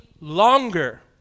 longer